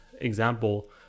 example